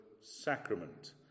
sacrament